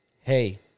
hey